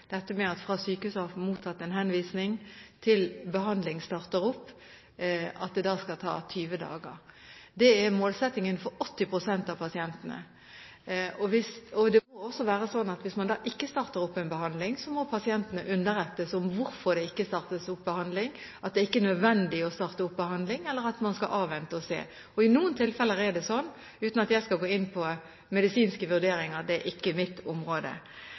dette med at det skal ta 20 dager fra sykehuset har mottatt en henvisning til behandling starter opp. Det er målsettingen for 80 pst. av pasientene. Det må også være sånn at hvis man da ikke starter opp en behandling, må pasientene underrettes om hvorfor det ikke gjøres, at det ikke er nødvendig å starte opp behandling, eller at man skal avvente og se. I noen tilfeller er det sånn, uten at jeg skal gå inn på medisinske vurderinger. Det er ikke mitt område.